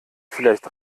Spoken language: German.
vielleicht